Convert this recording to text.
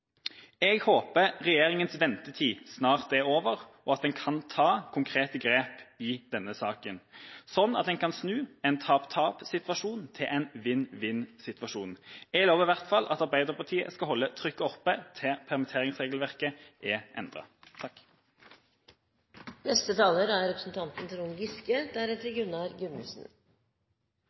Jeg håper regjeringas ventetid snart er over, og at en kan ta konkrete grep i denne saken, slik at en kan snu en tap-tap-situasjon til en vinn-vinn-situasjon. Jeg lover i hvert fall at Arbeiderpartiet skal holde trykket oppe til permitteringsregelverket er endret. Revidert nasjonalbudsjett er